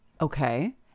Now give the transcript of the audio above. Okay